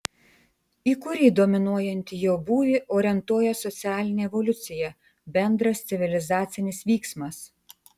į kurį dominuojantį jo būvį orientuoja socialinė evoliucija bendras civilizacinis vyksmas